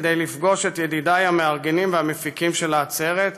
כדי לפגוש את ידידיי המארגנים והמפיקים של העצרת,